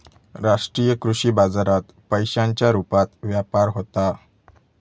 राष्ट्रीय कृषी बाजारात पैशांच्या रुपात व्यापार होता